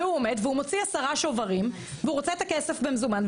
והוא עומד והוא מוציא 10 שוברים והוא רוצה את הכסף במזומן.